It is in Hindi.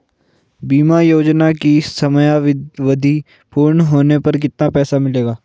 बीमा योजना की समयावधि पूर्ण होने पर कितना पैसा मिलेगा?